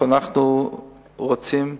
אנחנו רוצים,